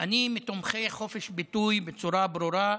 אני מתומכי חופש הביטוי בצורה ברורה,